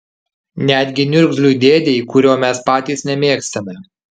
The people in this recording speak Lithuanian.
netgi niurgzliui dėdei kurio mes patys nemėgstame